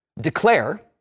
declare